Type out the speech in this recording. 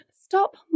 stop